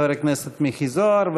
חבר הכנסת מיקי זוהר,